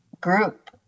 group